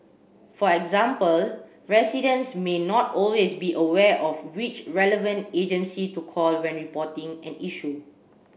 for example residents may not always be aware of which relevant agency to call when reporting an issue